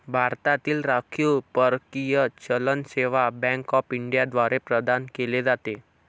भारतातील राखीव परकीय चलन सेवा बँक ऑफ इंडिया द्वारे प्रदान केले जाते